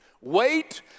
Wait